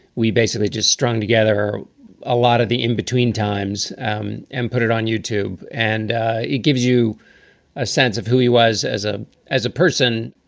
we basically just strung together a lot of the in-between times um and put it on youtube. and it gives you a sense of who he was as a as a person,